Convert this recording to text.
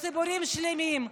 אני רוצה לתת תשובה שמובנת לכולנו.